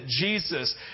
Jesus